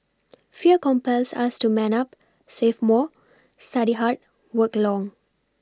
fear compels us to man up save more study hard work long